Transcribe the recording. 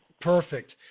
perfect